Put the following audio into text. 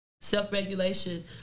self-regulation